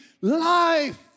life